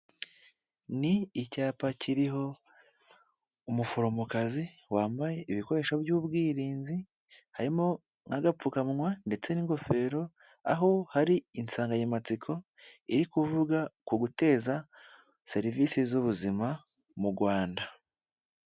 Ni icyapa kiriho umuforomokazi wambaye ibikoresho by'ubwirinzi, harimo nk'agapfukamunwa ndetse n'ingofero, aho hari insanganyamatsiko, iri kuvuga ku guteza serivisi z'ubuzima mu Rwanda